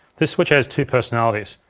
this switcher has two personalities,